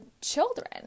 children